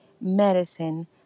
medicine